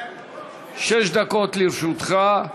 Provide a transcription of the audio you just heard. שש דקות לרשותך.